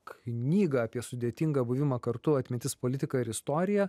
knygą apie sudėtingą buvimą kartu atmintis politika ir istorija